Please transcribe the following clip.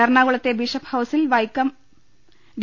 എറണാകുളത്തെ ബിഷപ്പ് ഹൌസിൽ വൈക്കം ഡി